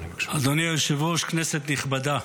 אדוני היושב-ראש, כנסת נכבדה,